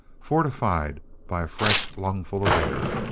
fortified by a fresh lungful of air.